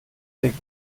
der